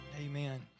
Amen